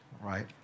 Right